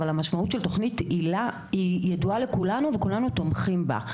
אבל המשמעות של תוכנית היל"ה ידועה לכולנו וכולנו תומכים בה.